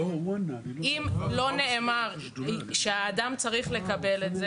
אם לא נאמר שהאדם צריך לקבל את זה,